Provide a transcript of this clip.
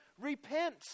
repent